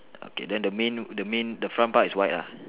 okay then the main the main the front part is white lah